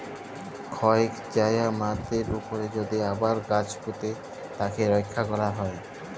ক্ষয় যায়া মাটির উপরে যদি আবার গাছ পুঁতে তাকে রক্ষা ক্যরা হ্যয়